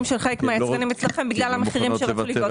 של חלק מהיצרנים אצלכם בגלל המחירים שרצו לגבות.